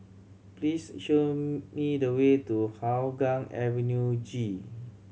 please show me the way to Hougang Avenue G